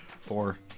Four